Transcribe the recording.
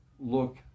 look